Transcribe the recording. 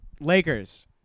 Lakers